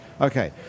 Okay